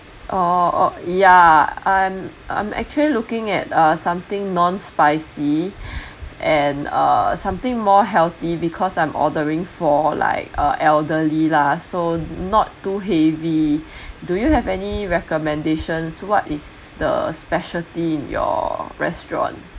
orh ya I'm I'm actually looking at uh something non spicy and uh something more healthy because I'm ordering for like uh elderly lah so not too heavy do you have any recommendations what is the speciality in your restaurant